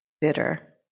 bitter